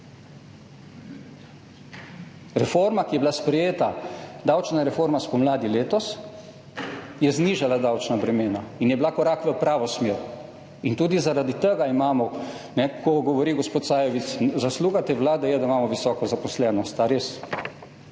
Reforma, ki je bila sprejeta, davčna reforma spomladi letos, je znižala davčna bremena in je bila korak v pravo smer. Tudi zaradi tega imamo … Govori gospod Sajovic: zasluga te vlade je, da imamo visoko zaposlenost.